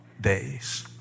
days